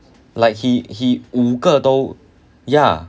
like he he 五个都 ya